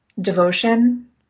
devotion